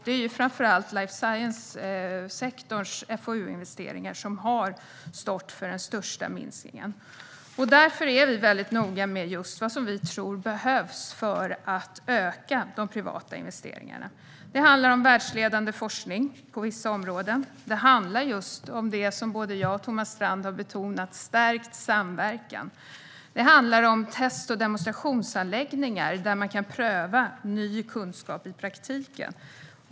Det är life science-sektorns FoU-investeringar som har minskat mest. Därför är vi väldigt noga med vad vi tror behövs för att öka de privata investeringarna. Det handlar om världsledande forskning på vissa områden. Det handlar just om det som både jag och Thomas Strand har betonat: stärkt samverkan. Det handlar om test och demonstrationsanläggningar där man kan pröva ny kunskap i praktiken.